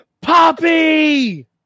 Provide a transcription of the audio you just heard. Poppy